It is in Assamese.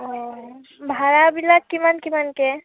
অঁ ভাড়াবিলাক কিমান কিমানকৈ